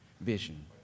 vision